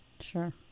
Sure